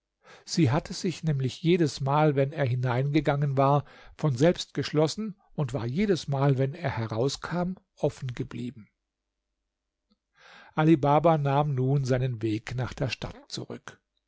sie hatte sich nämlich jedesmal wenn er hineingegangen war von selbst geschlossen und war jedesmal wenn er herauskam offen geblieben ali baba nahm nun seinen weg nach der stadt zurück